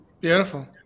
Beautiful